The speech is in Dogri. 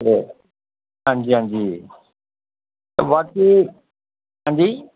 जी हां जी बस जी हां जी